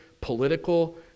political